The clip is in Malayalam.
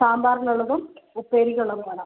സാമ്പാറിനുള്ളതും ഉപ്പേരിക്കുള്ളതും വേണം